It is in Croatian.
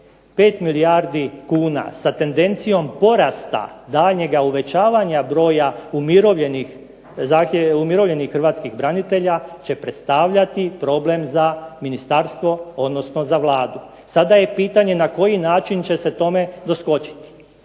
5 milijardi kuna sa tendencijom porasta, daljnjega uvećavanja broja umirovljenih hrvatskih branitelja, će predstavljati problem za ministarstvo, odnosno za Vladu. Sada je pitanje na koji način će se tome doskočiti?